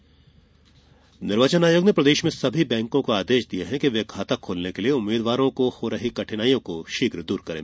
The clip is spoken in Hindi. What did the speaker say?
उम्मीदवार बैंक खाता निर्वाचन आयोग ने प्रदेश में सभी बैंकों को आदेश दिये हैं कि वे खाता खोलने के लिये उम्मीद्वारों को हो रही कठिनाइयों को दूर करें